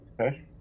okay